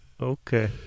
Okay